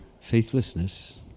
faithlessness